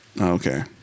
Okay